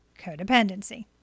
codependency